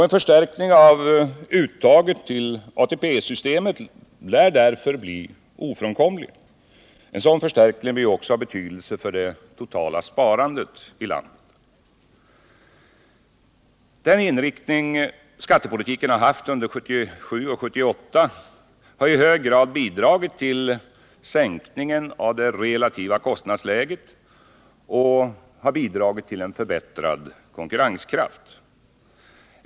En förstärkning av uttaget till ATP-systemet lär därför bli ofrånkomlig. En sådan förstärkning blir också av betydelse för det totala sparandet i landet. Den inriktning skattepolitiken haft under 1977 och 1978 har i hög grad bidragit till sänkningen av det relativa kostnadsläget och till en förbättrad konkurrenskraft.